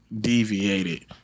deviated